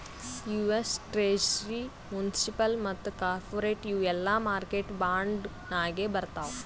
US treasury, municipal ಮತ್ತ corporate ಇವು ಎಲ್ಲಾ ಮಾರ್ಕೆಟ್ ಬಾಂಡ್ ನಾಗೆ ಬರ್ತಾವ್